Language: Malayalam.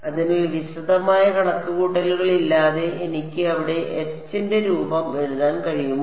അതിനാൽ വിശദമായ കണക്കുകൂട്ടലുകളില്ലാതെ എനിക്ക് അവിടെ H ന്റെ രൂപം എഴുതാൻ കഴിയുമോ